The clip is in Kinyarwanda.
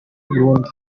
burundi